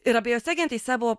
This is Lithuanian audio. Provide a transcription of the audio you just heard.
ir abiejose gentyse buvo